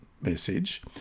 message